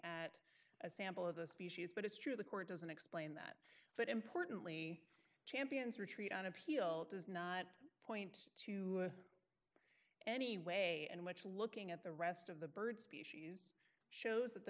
at a sample of the species but it's true the court doesn't explain that but importantly champions retreat on appeal does not point to any way in which looking at the rest of the bird species shows that the